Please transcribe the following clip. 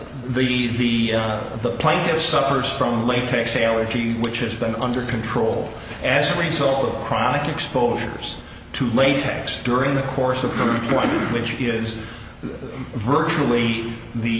the ana the plaintiff suffers from latex allergy which has been under control as a result of chronic exposures to latex during the course of her record which is virtually the